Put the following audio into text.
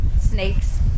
Snakes